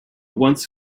once